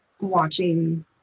watching